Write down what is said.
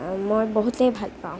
মই বহুতে ভাল পাওঁ